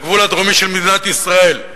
הגבול הדרומי של מדינת ישראל,